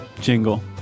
jingle